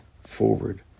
forward